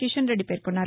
కిషన్రెడ్డి పేర్కొన్నారు